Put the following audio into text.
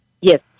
yes